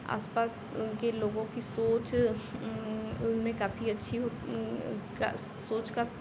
आसपास के लोगों की सोच उनमें काफ़ी अच्छी हो उम उसका सोच का